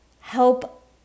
Help